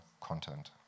content